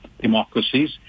democracies